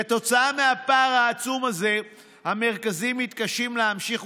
כתוצאה מהפער העצום הזה המרכזים מתקשים להמשיך